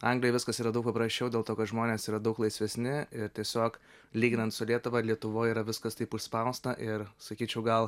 anglijoj viskas yra daug paprasčiau dėl to kad žmonės yra daug laisvesni tiesiog lyginant su lietuva lietuvoj yra viskas taip užspausta ir sakyčiau gal